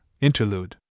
Interlude